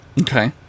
Okay